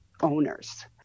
owners